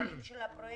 והמנהלים של הפרויקטים,